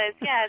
Yes